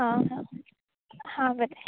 आं आं आं बरें